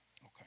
Okay